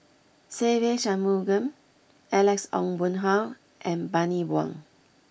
Se Ve Shanmugam Alex Ong Boon Hau and Bani Buang